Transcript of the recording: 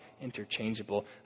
interchangeable